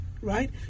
right